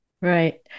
right